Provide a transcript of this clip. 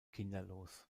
kinderlos